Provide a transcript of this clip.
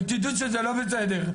אבל תדעו שזה לא בסדר.